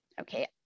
Okay